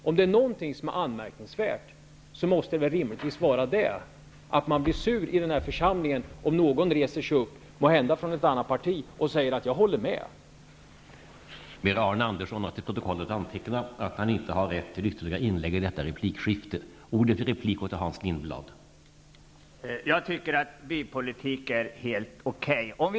Om något är anmärkningsvärt, borde det rimligtvis vara att man i den här församlingen blir sur när någon -- måhända från ett annat parti -- säger att han instämmer i den förres resonemang.